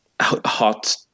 hot